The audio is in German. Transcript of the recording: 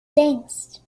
denkst